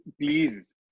please